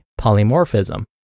polymorphism